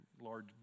large